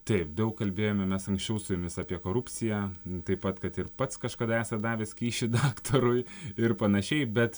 taip daug kalbėjome mes anksčiau su jumis apie korupciją taip pat kad ir pats kažkada esat davęs kyšį daktarui ir panašiai bet